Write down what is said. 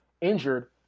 injured